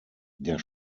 der